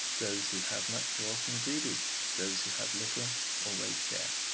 those who have much are often greedy those who have little always share.